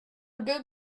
good